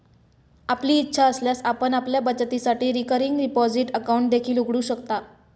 आपली इच्छा असल्यास आपण आपल्या बचतीसाठी रिकरिंग डिपॉझिट अकाउंट देखील उघडू शकता